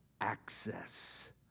access